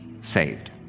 saved